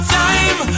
time